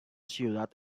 ciudad